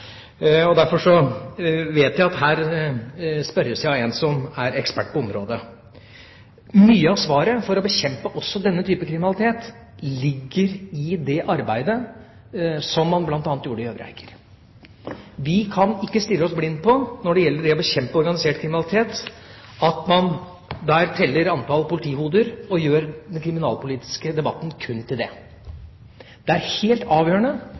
Derfor vet vi at her spørres jeg av en som er ekspert på området. Mye av svaret for å bekjempe også denne type kriminalitet ligger i det arbeidet som man bl.a. gjorde i Øvre Eiker. Vi kan ikke stirre oss blinde på – når det gjelder det å bekjempe organisert kriminalitet – at man teller antall politihoder og gjør den kriminalpolitiske debatten kun til en debatt om det. Det er helt avgjørende